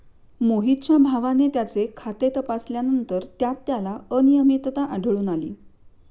मोहितच्या भावाने त्याचे खाते तपासल्यानंतर त्यात त्याला अनियमितता आढळून आली